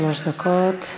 שלוש דקות.